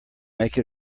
make